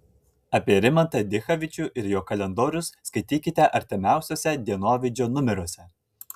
apie rimantą dichavičių ir jo kalendorius skaitykite artimiausiuose dienovidžio numeriuose